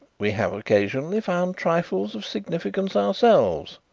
we have occasionally found trifles of significance ourselves,